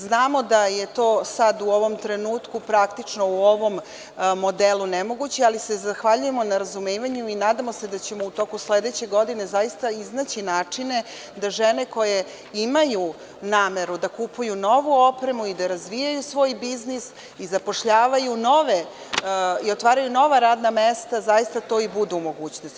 Znamo da je to sad, u ovom trenutku praktično u ovom modelu nemoguće, ali se zahvaljujemo na razumevanju i nadamo se da ćemo u toku sledeće godine zaista iznaći načine da žene koje imaju nameru da kupuju novu opremu i da razvijaju svoj biznis i zapošljavaju i otvaraju nova radna mesta zaista to i budu u mogućnosti.